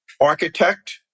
architect